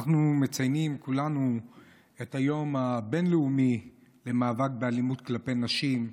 אנחנו כולנו מציינים את היום הבין-לאומי למאבק באלימות כלפי נשים,